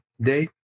day